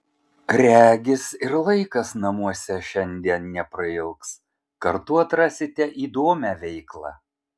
regis ir laikas namuose šiandien neprailgs kartu atrasite įdomią veiklą